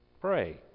Pray